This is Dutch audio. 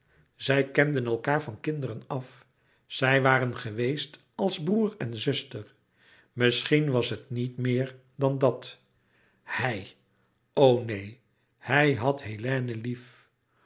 zij kenden elkaâr van kinderen af zij waren geweest als broêr en zuster misschien was het niet meer dan dat hij o neen hij had hélène lief